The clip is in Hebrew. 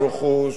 ונפש,